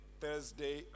Thursday